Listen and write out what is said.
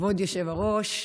כבוד היושב-ראש,